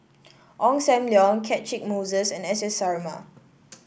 Ong Sam Leong Catchick Moses and S S Sarma